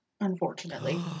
unfortunately